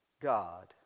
God